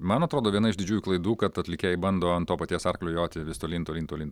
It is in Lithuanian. man atrodo viena iš didžiųjų klaidų kad atlikėjai bando ant to paties arklio joti vis tolyn tolyn tolyn